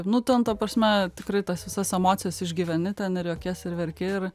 nu ten ta prasme tikrai tas visas emocijas išgyveni ten ir juokiesi ir verki ir